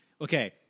okay